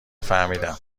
فهمیدم